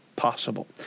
possible